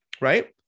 right